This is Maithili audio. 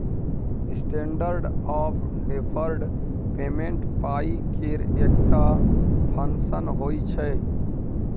स्टेंडर्ड आँफ डेफर्ड पेमेंट पाइ केर एकटा फंक्शन होइ छै